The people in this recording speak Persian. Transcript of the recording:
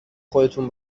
خودتون